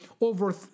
over